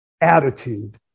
attitude